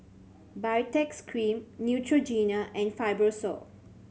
Baritex Cream Neutrogena and Fibrosol